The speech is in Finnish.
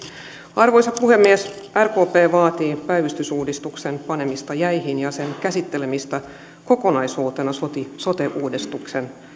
arvoisa puhemies rkp vaatii päivystysuudistuksen panemista jäihin ja sen käsittelemistä kokonaisuutena sote sote uudistuksen